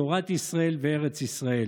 תורת ישראל וארץ ישראל.